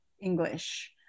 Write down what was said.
English